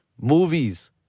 movies